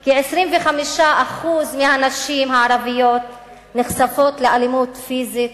כי 25% מהנשים הערביות נחשפות לאלימות פיזית